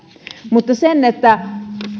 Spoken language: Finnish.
mutta